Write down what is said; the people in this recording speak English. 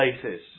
places